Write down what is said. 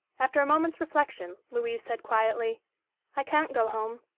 after a moment's reflection, louise said quietly i can't go home.